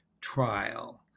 Trial